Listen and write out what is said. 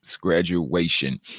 graduation